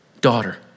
Daughter